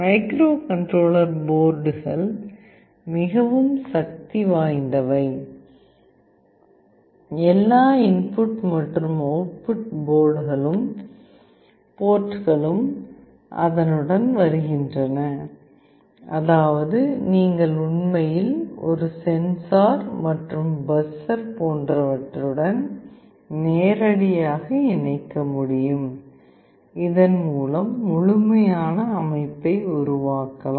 microcontroller போர்டுகள் மிகவும் சக்திவாய்ந்தவை எல்லா இன்புட் மற்றும் அவுட்புட் போர்ட்களும் அதனுடன் வருகின்றன அதாவது நீங்கள் உண்மையில் ஒரு சென்சார் மற்றும் பஸர் போன்றவற்றுடன் நேரடியாக இணைக்க முடியும் இதன் மூலம் முழுமையான அமைப்பை உருவாக்கலாம்